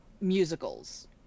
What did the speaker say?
musicals